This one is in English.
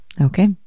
Okay